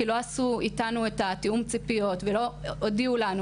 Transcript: כי לא עשו איתנו את התיאום ציפיות ולא הודיעו לנו,